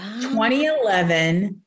2011